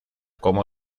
como